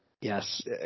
Yes